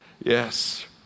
Yes